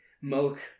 Milk